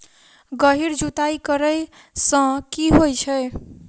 गहिर जुताई करैय सँ की होइ छै?